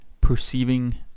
perceiving